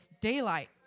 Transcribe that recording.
daylight